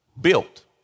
built